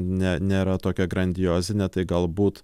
ne nėra tokia grandiozinė tai galbūt